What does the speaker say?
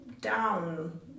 down